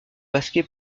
masquée